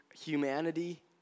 humanity